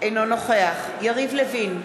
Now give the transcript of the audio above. אינו נוכח יריב לוין,